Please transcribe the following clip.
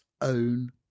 own